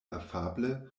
afable